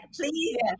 please